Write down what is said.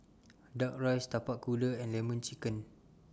Duck Rice Tapak Kuda and Lemon Chicken